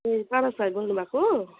ए पारस भाइ बोल्नु भएको हो